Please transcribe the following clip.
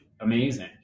amazing